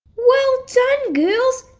well done girls!